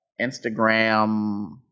Instagram